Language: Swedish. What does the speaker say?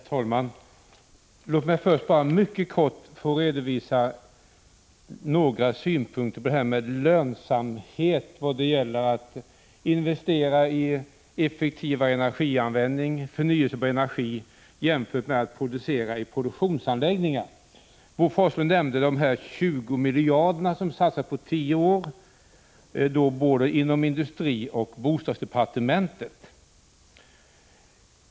Herr talman! Låt mig först mycket kort få redovisa några synpunkter på lönsamhet när det gäller investeringar i effektivare energianvändning och förnyelsebar energi jämfört med investera i produktionsanläggningar. Bo Forslund nämnde att det satsats 20 miljarder på tio år inom industrioch bostadsdepartementen.